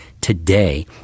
today